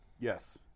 yes